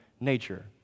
nature